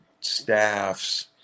staffs